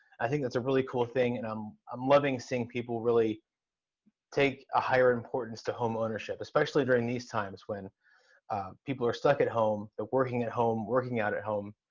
i think that's a really cool thing, and i'm i'm loving seeing people really take a higher importance to home ownership. especially during these times when people are stuck at home, ah working at home, working out at home,